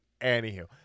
Anywho